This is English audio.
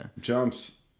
jumps